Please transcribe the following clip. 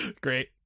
Great